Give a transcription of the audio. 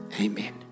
Amen